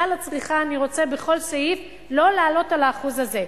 בסל הצריכה אני רוצה בכל סעיף לא לעלות על האחוז הזה.